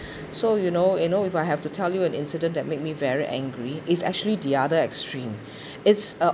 so you know you know if I have to tell you an incident that made me very angry it's actually the other extreme it's uh